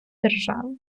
держави